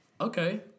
Okay